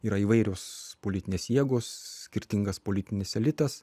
yra įvairios politinės jėgos skirtingas politinis elitas